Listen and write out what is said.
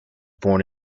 born